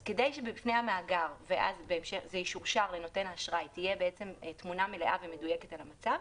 אז כדי שזה ישורשר ולנותן האשראי תהיה תמונה מלאה ומדויקת על המצב,